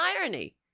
irony